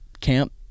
camp